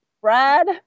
Brad